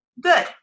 good